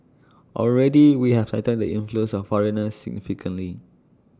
already we have tightened the inflows of foreigners significantly